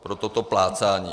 Pro toto plácání.